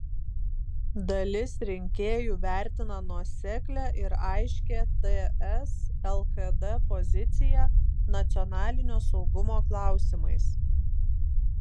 dalis rinkėjų vertina nuoseklią ir aiškią ts lkd poziciją nacionalinio saugumo klausimais